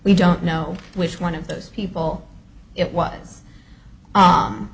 we don't know which one of those people it was